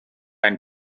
ein